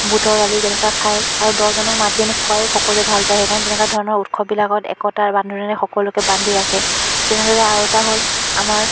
বুটৰ দালি তেনেকুৱা খায় আৰু দহজনক মাতি আনি খুৱাইয়ো সকলোৱে ভাল পায় সেইকাৰণে তেনেকুৱা ধৰণৰ উৎসৱবিলাকত একতাৰ বান্ধোনেৰে সকলোকে বান্ধি ৰাখে তেনেদৰে আৰু এটা হ'ল আমাৰ